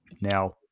now